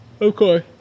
Okay